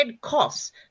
costs